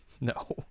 No